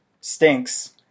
stinks